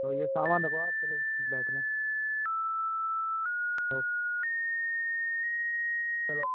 तो ये सामान रखवाओ आप चलो बैठ लें तो चलो